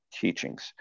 teachings